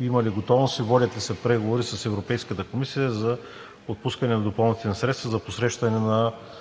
Има ли готовност и водят ли се преговори с Европейската комисия за отпускане на допълнителни средства за посрещане на